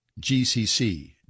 GCC